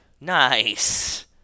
Nice